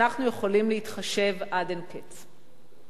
ואנחנו יכולים להתחשב עד אין קץ.